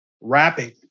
wrapping